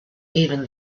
even